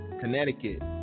Connecticut